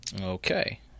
Okay